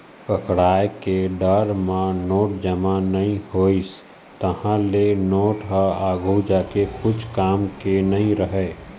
पकड़ाय के डर म नोट जमा नइ होइस, तहाँ ले नोट ह आघु जाके कछु काम के नइ रहय